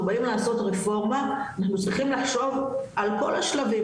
באים לעשות רפורמה אנחנו צריכים לחשוב על כל השלבים,